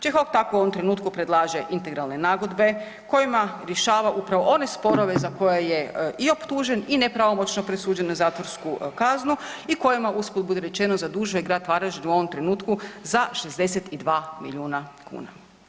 Čehok tako u ovom trenutku predlaže integralne nagodbe kojima rješava upravo one sporove za koje je i optužen i nepravomoćno presuđen na zatvoru kaznu i kojima usput budi rečeno zadužuje grad Varaždin u ovom trenutku za 62 milijuna kuna.